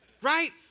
right